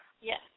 yes